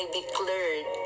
declared